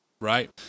right